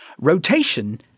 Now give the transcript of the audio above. Rotation